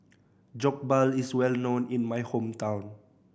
jokbal is well known in my hometown